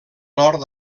nord